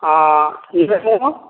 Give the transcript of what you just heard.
आ नेबो